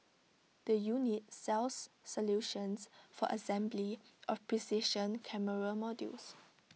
the unit sells solutions for assembly of precision camera modules